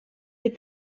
des